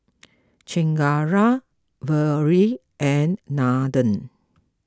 Chengara Vedre and Nathan